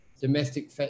Domestic